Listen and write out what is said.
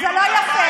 זה לא יפה.